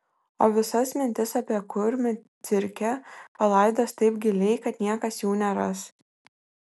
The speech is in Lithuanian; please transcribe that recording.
o visas mintis apie kurmį cirke palaidos taip giliai kad niekas jų neras